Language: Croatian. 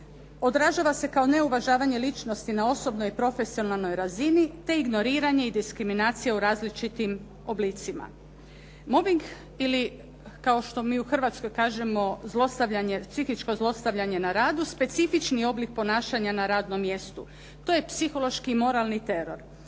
Odražava se kao neuvažavanje ličnosti na osobnoj i profesionalnoj razini, te ignoriranje i diskriminacija u različitim oblicima. Mobbing ili kao što mi u Hrvatskoj kažemo zlostavljanje, psihičko zlostavljanje na radu specifični oblik ponašanja na radnom mjestu. To je psihološki i moralni teror